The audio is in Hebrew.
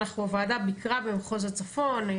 הוועדה ביקרה במחוז הצפון,